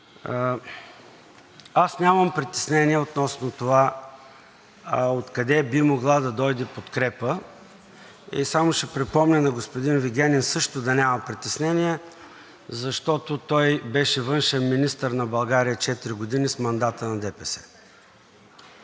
Аз нямам притеснения относно това откъде би могла да дойде подкрепа и само ще припомня на господин Вигенин също да няма притеснения, защото той беше външен министър на България четири години с мандата на ДПС.